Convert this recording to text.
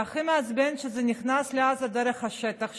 הכי מעצבן שזה נכנס לעזה דרך השטח שלנו,